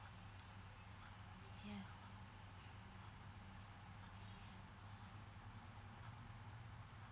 ya mm